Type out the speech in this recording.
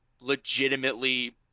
legitimately